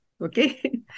okay